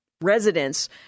residents